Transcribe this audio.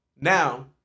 Now